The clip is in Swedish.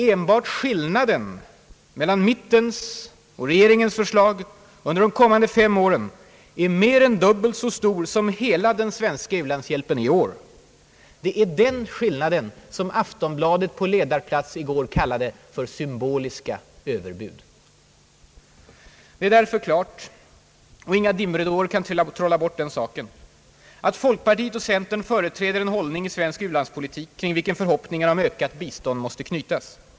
Enbart skillnaden mellan mittens och regeringens förslag under de kommande fem åren är mer än dubbelt så stor som hela den svenska u-landshjälpen i år. Det är den skillnaden som Aftonbladet på ledarplats i går kallade för »symboliska överbud». Det är därför klart, att inga dimridåer kan trolla bort den saken att folkpartiet och centern företräder en hållning i svensk u-landspolitik kring vilken förhoppningarna om ökat bistånd måste knytas.